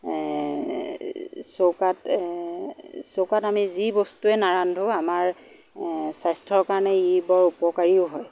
চৌকাত এ চৌকাত আমি যি বস্তুৱে নাৰান্ধো আমাৰ এ স্বাস্থ্যৰ কাৰণে ই বৰ উপকাৰীও হয়